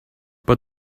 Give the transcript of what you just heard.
but